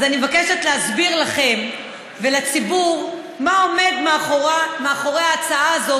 אז אני מבקשת להסביר לכם ולציבור מה עומד מאחורי ההצעה הזאת,